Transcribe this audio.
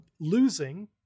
losing